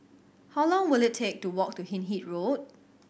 how long will it take to walk to Hindhede Road